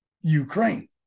Ukraine